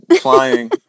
flying